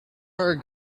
are